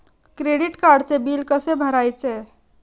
Credit कार्डचे bill कसे भरायचे?